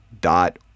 dot